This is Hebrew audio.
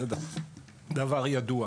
זה דבר ידוע.